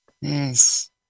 Yes